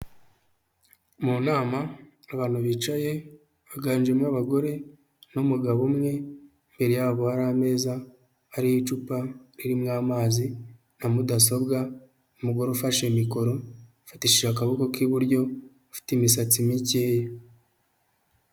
Mu nama abantu bicaye baganjemo abagore n'umugabo umwe, imbere yabo hari ameza ariho icupa ririmo amazi na mudasobwa, umugore ufashe mikoro afatishije akaboko k'iburyo, afite imisatsi mikeya.